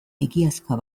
egiazkoa